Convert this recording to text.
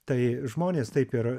tai žmonės taip ir